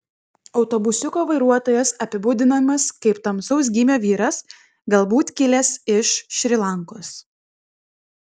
autobusiuko vairuotojas apibūdinamas kaip tamsaus gymio vyras galbūt kilęs iš šri lankos